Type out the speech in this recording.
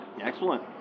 Excellent